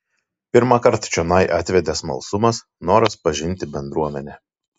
pirmąkart čionai atvedė smalsumas noras pažinti bendruomenę